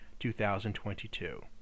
2022